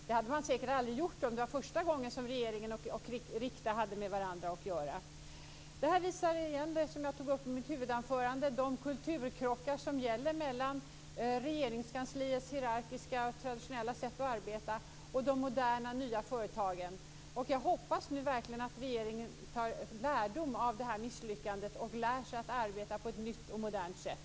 Det hade man säkert inte gjort om det hade varit första gången som regeringen och Rikta hade haft med varandra att göra. Jag tog i mitt huvudanförande upp de kulturkrockar som inträffar mellan Regeringskansliet med dess hierarkiska och traditionella sätt att arbeta och de nya och moderna företagen. Jag hoppas verkligen att regeringen nu drar lärdom av det här misslyckandet och lär sig att arbeta på ett nytt och modernt sätt.